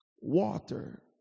water